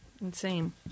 Insane